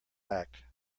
act